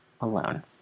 alone